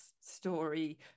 story